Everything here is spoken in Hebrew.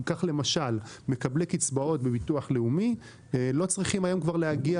למשל מקבלי קצבאות בביטוח לאומי לא צריכים היום להגיע